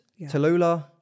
Tallulah